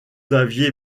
aviez